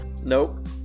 Nope